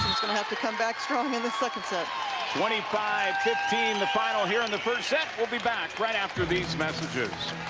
have to come back strong in the second set twenty five fifteen the final here in the first set we'll be back right after these messages.